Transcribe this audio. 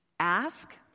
Ask